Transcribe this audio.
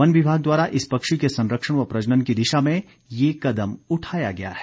one विभाग द्वारा इस पक्षी के संरक्षण व प्रजनन की दिशा में ये कदम उठाया गया है